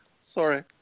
Sorry